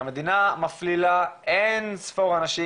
המדינה מפלילה אין-ספור אנשים,